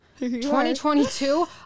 2022